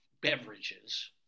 beverages